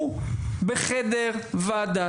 הוא בחדר ועדת החוקה.